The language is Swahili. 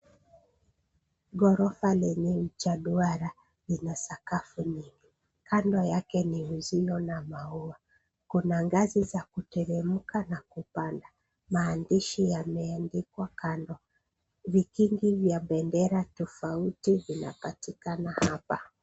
Ghorofa lenye ujaduara lina sakafu nyingi. Kando yake ni uzio la maua. Kuna ngazi za kuteremka na kupanda. Maandishi yameandikwa kando. Vikingi vya bendera tofauti vinapatikana hapa.